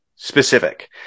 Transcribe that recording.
specific